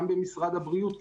גם במשרד הבריאות,